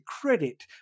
credit